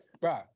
Bro